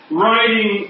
writing